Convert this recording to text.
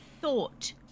thought